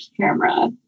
camera